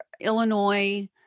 Illinois